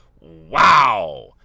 Wow